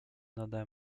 nade